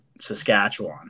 Saskatchewan